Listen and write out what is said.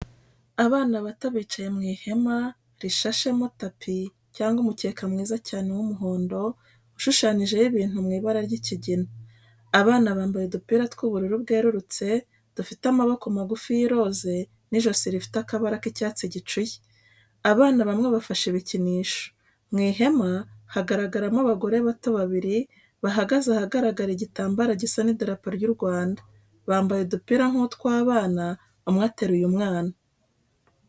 Abana bato, bicaye mu ihema, rishashemo tapi cyangwa umukeka mwiza cyane w'umuhondo ushushanyijeho ibintu mu ibara ry'ikigina. Abana bambaye udupira tw'ubururu bwerurutse, dufite amaboko magufi y'iroza n'ijosi rifite akabara k'icyatsi gicuye. Abana bamwe bafashe ibikinisho. Mu ihema hagaragaramo abagore bato babiri, bahagaze ahagaragara igitambaro gisa n'idarapo ry'u Rwanda, bambaye udupira nk'utw'abana, umwe ateruye umwana.